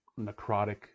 necrotic